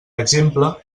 exemple